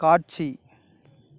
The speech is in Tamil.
காட்சி